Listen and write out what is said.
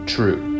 True